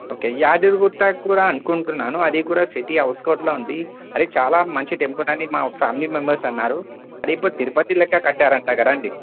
okay Yadagiri Gutta కూడా అనుకుంటున్నాను అది కూడా సిటీ ఔట్కట్స్లో ఉంది అది చాలా మంచి టెంపుల్ అని మా ఫ్యామిలీ మెంబర్స్ అన్నారు టెంపుల్ తిరుపతి లెక్క కట్టారంట కదండీ